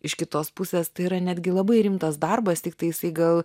iš kitos pusės tai yra netgi labai rimtas darbas tiktai jisai gal